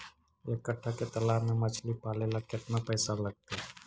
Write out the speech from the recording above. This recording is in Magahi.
एक कट्ठा के तालाब में मछली पाले ल केतना पैसा लगतै?